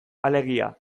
alegia